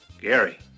Gary